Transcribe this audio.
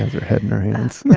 her head in her hands yeah